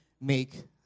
make